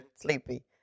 sleepy